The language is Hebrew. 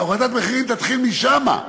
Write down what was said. הורדת המחירים תתחיל משם,